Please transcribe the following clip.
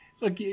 look